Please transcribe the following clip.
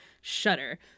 Shudder